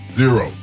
zero